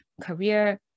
career